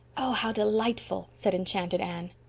oh, how delightful! said enchanted anne.